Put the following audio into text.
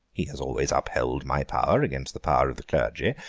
he has always upheld my power against the power of the clergy,